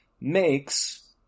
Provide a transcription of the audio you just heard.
makes